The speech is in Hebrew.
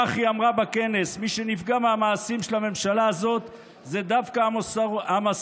כך היא אמרה בכנס: מי שנפגע מהמעשים של הממשלה הזאת זה דווקא המסורתיים.